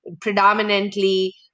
predominantly